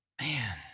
Man